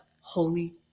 holy